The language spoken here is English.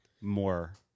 more